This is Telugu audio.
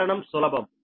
కారణం సులభం